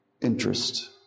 interest